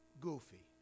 goofy